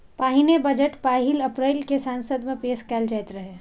पहिने बजट पहिल अप्रैल कें संसद मे पेश कैल जाइत रहै